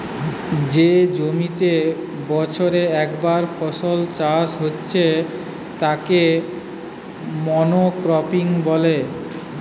যে জমিতে বছরে একটা ফসল চাষ হচ্ছে তাকে মনোক্রপিং বলে